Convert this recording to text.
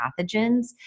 pathogens